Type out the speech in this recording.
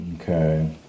Okay